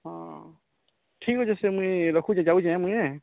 ହଁ ଠିକ୍ ଅଛି ସେ ମୁଇଁ ରଖୁଛି ଯାଉଚେଁ ମୁଇଁ